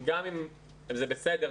גם אם זה בסדר,